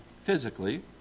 physically